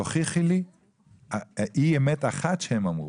תוכיחי לי אי אמת אחת שהם אמרו.